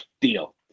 deal